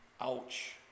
Ouch